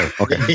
Okay